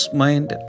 mind